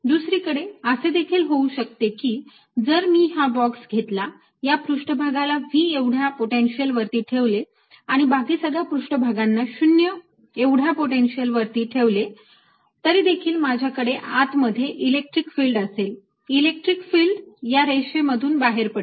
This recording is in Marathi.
दुसरीकडे असे देखील होऊ शकते की जर मी हा बॉक्स घेतला या पृष्ठभागाला V एवढ्या पोटेन्शिअल वरती ठेवले आणि बाकी सगळ्या पृष्ठभागांना 0 एवढ्या पोटेन्शिअल वरती ठेवले तरीदेखील माझ्याकडे आत मध्ये इलेक्ट्रिक फिल्ड असेल इलेक्ट्रिक फिल्ड या रेषेमधून बाहेर पडेल